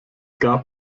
gab